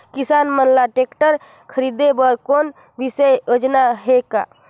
किसान मन ल ट्रैक्टर खरीदे बर कोनो विशेष योजना हे का?